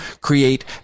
Create